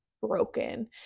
broken